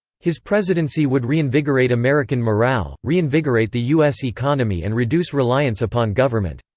his presidency would reinvigorate american morale, reinvigorate the u s. economy and reduce reliance upon government.